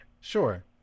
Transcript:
Sure